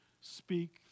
speak